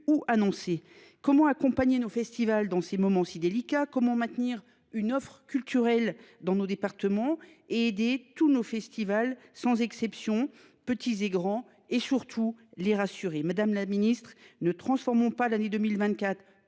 annoncé. Comment accompagner nos festivals dans ces moments si délicats ? Comment maintenir une offre culturelle dans nos départements et aider tous nos festivals, sans exception, petits et grands, et surtout comment rassurer leurs organisateurs ? Madame la ministre, ne transformons pas l’année 2024,